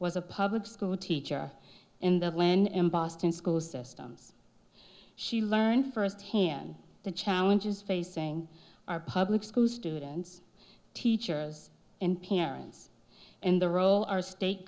was a public school teacher in the when in boston school systems she learned firsthand the challenges facing our public school students teachers and parents and the role our state